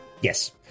Yes